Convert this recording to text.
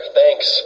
thanks